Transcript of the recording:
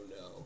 no